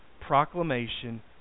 proclamation